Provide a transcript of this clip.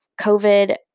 COVID